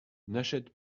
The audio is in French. n’achète